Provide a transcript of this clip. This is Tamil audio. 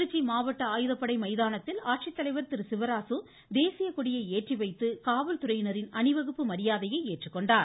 திருச்சி மாவட்ட ஆயுதப்படை மைதானத்தில் ஆட்சித்தலைவர் திரு சிவராசு தேசிய கொடியை ஏற்றிவைத்து காவல்துறையினரின் அணிவகுப்பு மரியாதையை ஏற்றுக்கொண்டார்